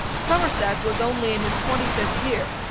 somerset was only in his twenty-fifth year,